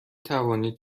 توانید